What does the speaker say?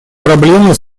проблемы